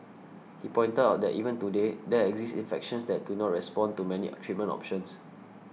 he pointed out that even today there exist infections that do not respond to many a treatment options